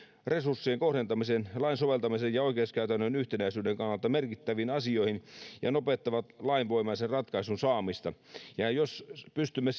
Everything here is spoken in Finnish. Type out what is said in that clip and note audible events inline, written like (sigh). resurssien kohdentamisen lain soveltamisen ja oikeuskäytännön yhtenäisyyden kannalta merkittäviin asioihin ja nopeuttavat lainvoimaisen ratkaisun saamista jos pystymme (unintelligible)